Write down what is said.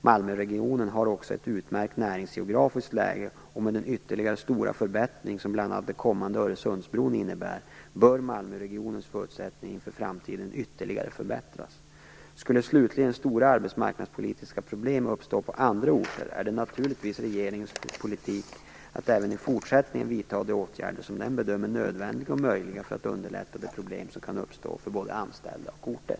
Malmöregionen har också ett utmärkt näringsgeografiskt läge, och med den ytterligare stora förbättring som bl.a. den kommande Öresundsbron innebär bör Malmöregionens förutsättningar inför framtiden ytterligare förbättras. Skulle slutligen stora arbetsmarknadspolitiska problem uppstå på andra orter är det naturligtvis regeringens politik att även i fortsättningen vidta de åtgärder som regeringen bedömer nödvändiga och möjliga för att underlätta de problem som kan uppstå för både anställda och orter.